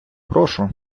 прошу